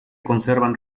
conservan